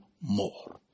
more